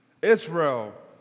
Israel